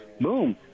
boom